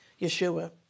Yeshua